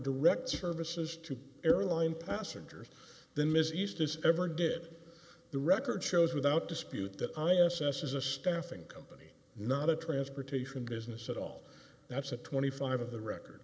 direct services to airline passengers than ms east is ever did the record shows without dispute that i assess is a staffing company not a transportation business at all that's a twenty five dollars of the record